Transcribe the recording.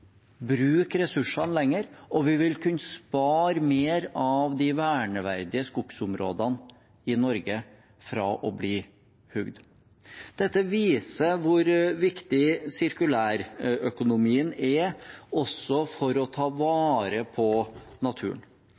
bruke ressursene lenger, og vi vil kunne spare mer av de verneverdige skogsområdene i Norge fra å bli hugd. Dette viser hvor viktig sirkulærøkonomien er også for å ta vare på naturen.